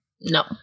No